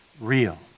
real